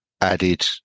added